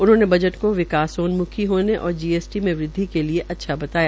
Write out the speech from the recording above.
उन्होंने बजट को विकासोम्खी होने और जीएसटी में वृदवि के लिए अच्छा बताया